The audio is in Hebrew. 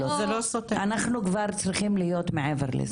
אנחנו כבר צריכים להיות מעבר לזה.